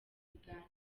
biganiro